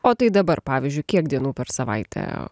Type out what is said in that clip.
o tai dabar pavyzdžiui kiek dienų per savaitę